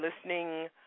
listening